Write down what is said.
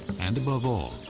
and above all,